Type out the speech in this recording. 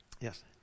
Yes